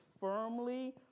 firmly